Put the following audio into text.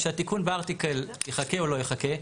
שהתיקון בארטיקל יחכה או לא יחכה.